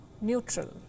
neutral